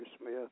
Smith